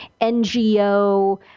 NGO